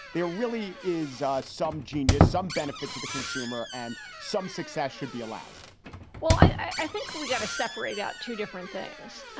there really is some genius, some benefit to the consumer and some success should be allowed well, i think we got to separate out two different things.